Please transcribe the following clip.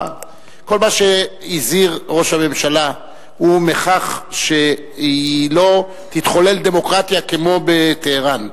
כל מה שהזהיר ראש הממשלה הוא מכך שלא תתחולל דמוקרטיה כמו בטהרן,